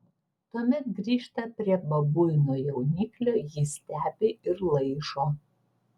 tuomet grįžta prie babuino jauniklio jį stebi ir laižo